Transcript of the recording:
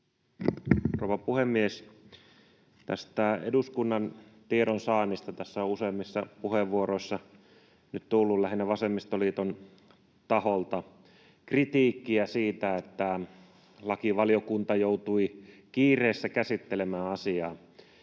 Rouva puhemies! Tästä eduskunnan tiedonsaannista: Tässä on useammissa puheenvuoroissa nyt tullut, lähinnä vasemmistoliiton taholta, kritiikkiä siitä, että lakivaliokunta joutui kiireessä käsittelemään asiaa,